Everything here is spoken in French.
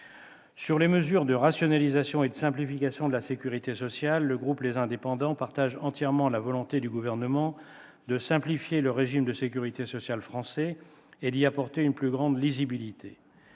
les mesures de rationalisation et de simplification de la sécurité sociale, le groupe Les Indépendants-République et Territoires partage entièrement la volonté du Gouvernement de simplifier le régime de sécurité sociale français et d'y apporter une plus grande lisibilité.